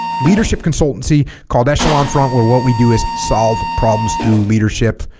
leadership consultancy called echelon front where what we do is solve problems through leadership